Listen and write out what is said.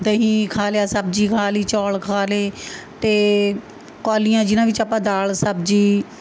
ਦਹੀਂ ਖਾ ਲਿਆ ਸਬਜ਼ੀ ਖਾ ਲਈ ਚੌਲ ਖਾ ਲਏ ਅਤੇ ਕੌਲੀਆਂ ਜਿਹਨਾਂ ਵਿੱਚ ਆਪਾਂ ਦਾਲ ਸਬਜ਼ੀ